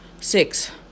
Six